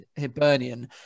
hibernian